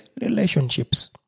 relationships